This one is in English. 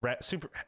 super